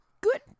good